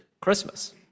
Christmas